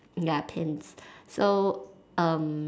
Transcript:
ya pens so um